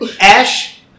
Ash